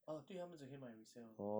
ah 对他们直可以买 resale lor